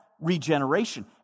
regeneration